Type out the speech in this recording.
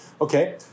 Okay